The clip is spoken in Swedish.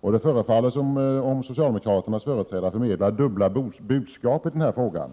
Det förefaller som om socialdemokraternas företrädare förmedlar dubbla budskap i denna fråga.